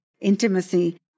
intimacy